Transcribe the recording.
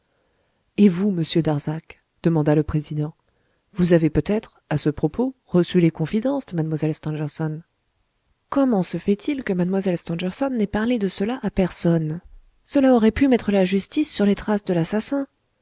et vous monsieur darzac demanda le président vous avez peut-être à ce propos reçu les confidences de mlle stangerson comment se fait-il que mlle stangerson n'ait parlé de cela à personne cela aurait pu mettre la justice sur les traces de l'assassin